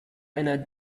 einer